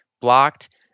blocked